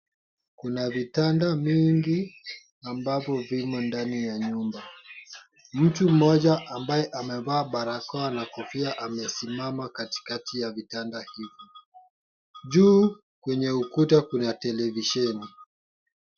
Kuna vitanda vingi ambavyo vimo ndani ya nyumba. Mtu mmoja ambaye amevaa barakoa na kofia amesimama katikati ya vitanda hivyo. Juu kwenye ukuta kuna televisheni.